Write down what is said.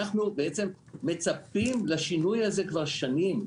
אנחנו בעצם מצפים לשינוי הזה כבר שנים,